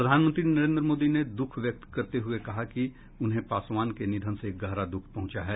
प्रधानमंत्री नरेन्द्र मोदी ने दुख व्यक्त करते हुए कहा कि उन्हें पासवान के निधन से गहरा दुख पहुंचा है